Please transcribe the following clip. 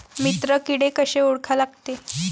मित्र किडे कशे ओळखा लागते?